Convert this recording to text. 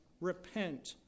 repent